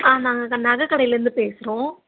ஆமாம் நாங்கள் நகை கடையிலிருந்து பேசுகிறோம்